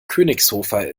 königshofer